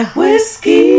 whiskey